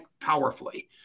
powerfully